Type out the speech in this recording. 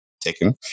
taken